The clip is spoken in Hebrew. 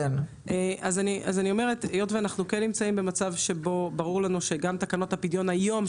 היות שאנחנו כן נמצאים במצב שבו ברור לנו שגם תקנות הפדיון היום,